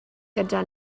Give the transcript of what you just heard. gyda